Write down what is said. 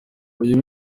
uyu